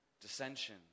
Dissension